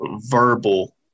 verbal